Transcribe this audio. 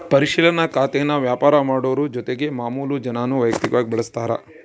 ಪರಿಶಿಲನಾ ಖಾತೇನಾ ವ್ಯಾಪಾರ ಮಾಡೋರು ಜೊತಿಗೆ ಮಾಮುಲು ಜನಾನೂ ವೈಯಕ್ತಕವಾಗಿ ಬಳುಸ್ತಾರ